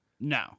No